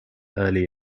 early